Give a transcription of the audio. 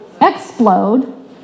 explode